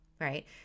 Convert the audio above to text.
right